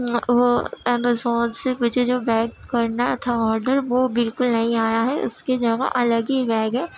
وہ امیزون سے مجھے جو بیگ کرنا تھا آڈر وہ بالکل نہیں آیا ہے اس کی جگہ الگ ہی بیگ ہے